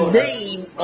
name